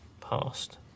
past